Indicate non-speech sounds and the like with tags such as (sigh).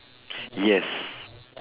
(breath) yes